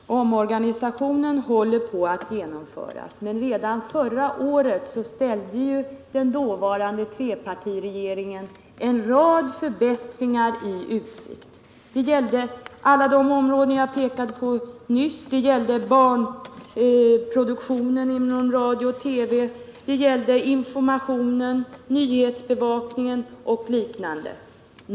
Herr talman! Omorganisationen håller på att genomföras, men redan förra året ställde den dåvarande trepartiregeringen en rad förbättringar i utsikt. Det gällde alla de områden jag pekat på nyss. Det gällde barnprogramproduktionen inom Radio och TV, det gällde informationen, nyhetsbevakningen och liknande.